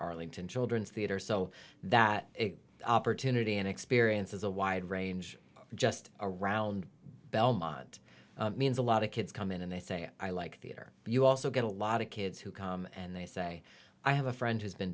arlington children's theater so that opportunity and experience is a wide range just around belmont means a lot of kids come in and they say oh i like the other you also get a lot of kids who come and they say i have a friend who's been